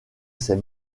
ces